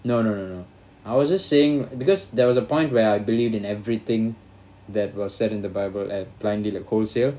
no no no no I was just saying because there was a point where I believed in everything that was set in the bible like blindly like wholesale